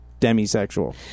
demisexual